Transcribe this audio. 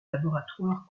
laboratoire